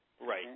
Right